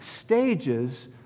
stages